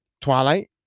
Twilight